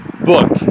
book